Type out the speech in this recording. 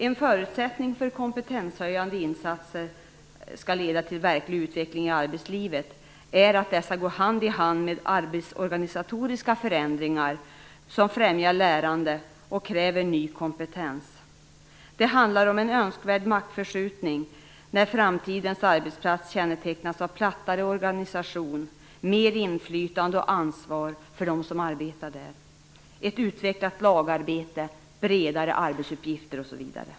En förutsättning för att kompetenshöjande insatser skall leda till verklig utveckling i arbetslivet är att dessa går hand i hand med arbetsorganisatoriska förändringar som främjar lärande och kräver ny kompetens. Det handlar om en önskvärd maktförskjutning där framtidens arbetsplats kännetecknas av plattare organisation, mer inflytande och ansvar för dem som arbetar där, ett utvecklat lagarbete, bredare arbetsuppgifter osv.